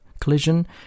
collision –